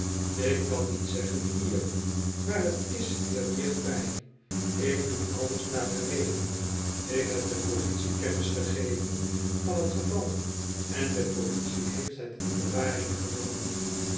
ik kan niet zeggen hier maar het is hier dichtbij ik doe alles naar den regel ik heb de politie keqnis gegeven van het geval en de politie heefk het in bewaring genomen